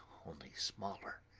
only smaller.